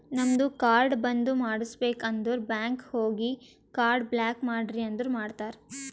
ನಮ್ದು ಕಾರ್ಡ್ ಬಂದ್ ಮಾಡುಸ್ಬೇಕ್ ಅಂದುರ್ ಬ್ಯಾಂಕ್ ಹೋಗಿ ಕಾರ್ಡ್ ಬ್ಲಾಕ್ ಮಾಡ್ರಿ ಅಂದುರ್ ಮಾಡ್ತಾರ್